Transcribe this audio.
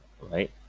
Right